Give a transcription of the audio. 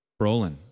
Brolin